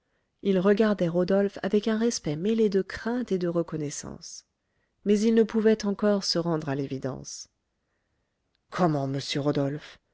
il regardait rodolphe avec un respect mêlé de crainte et de reconnaissance mais il ne pouvait encore se rendre à l'évidence comment monsieur rodolphe